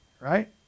right